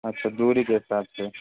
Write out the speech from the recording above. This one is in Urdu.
اچھا دوری کے حساب سے